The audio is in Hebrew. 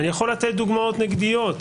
אני יכול לתת דוגמאות נגדיות.